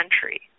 country